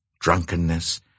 drunkenness